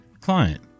Client